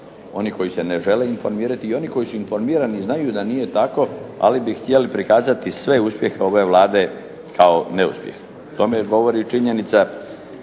oni koji se ne žele informirati i oni koji su informirani i znaju da nije tako ali bi htjeli prikazati sve uspjehe ove Vlade kao neuspjeh. Tome govori i činjenica